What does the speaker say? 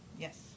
Yes